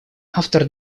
автор